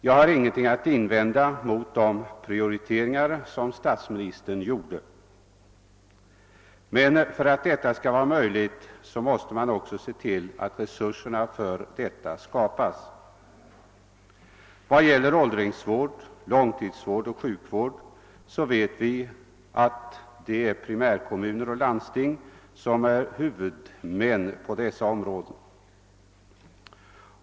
Jag har ingenting att invända mot de prioriteringar som statsministern gjorde. Men för att det skall vara möjligt att genomföra dessa måste man se till att resurserna skapas. Vad gäller åldringsvård, långtidsvård och sjukvård vet vi alla att det är primärkommuner och landsting som är huvudmän på dessa områden.